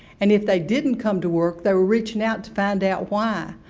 and if they didn't come to work they were reaching out to find out why.